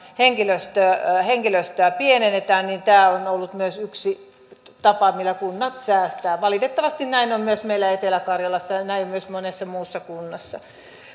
henkilöstöä henkilöstöä pienennetään tämä on ollut myös yksi tapa millä kunnat säästävät valitettavasti näin on myös meillä etelä karjalassa ja näin myös monessa muussa kunnassa